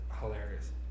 hilarious